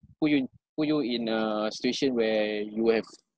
put you i~ put you in a situation where you will have